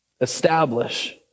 Establish